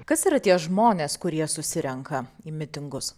kas yra tie žmonės kurie susirenka į mitingus